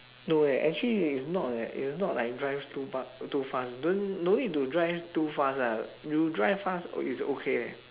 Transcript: no leh actually is not leh is not like drive too too fast don't no need to drive too fast lah you drive fast it's okay